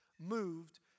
Moved